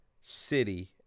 city